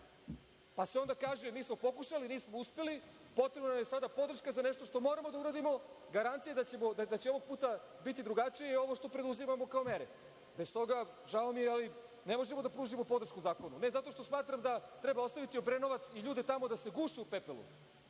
pa se onda kaže mi smo pokušali, nismo uspeli, potrebna nam je sada podrška za nešto što moramo da uradimo. Garancija da će ovog puta biti drugačije je ovo što preduzimamo kao mere. Bez toga, žao mi je, ali ne možemo da pružimo podršku zakonu. Ne zato što smatram da treba ostaviti Obrenovac i ljude tamo da se guše u pepelu,